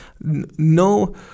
No